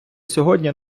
сьогодні